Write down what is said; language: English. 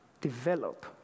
develop